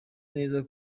neza